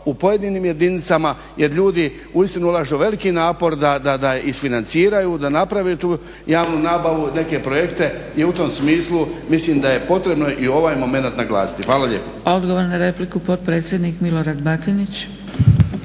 u pojedinim jedinicama jer ljudi ulažu veliki napor da isfinanciraju da naprave tu javnu nabavu, neke projekte i u tom smislu mislim da je potrebno i ovaj momenat naglasiti. Hvala lijepo.